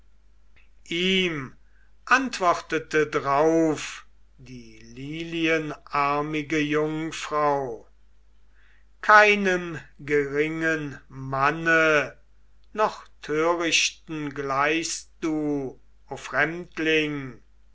ihm antwortete drauf die lilienarmige jungfrau keinem geringen manne noch törichten gleichst du o fremdling